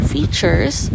Features